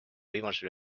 võimalusel